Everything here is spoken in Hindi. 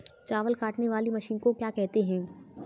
चावल काटने वाली मशीन को क्या कहते हैं?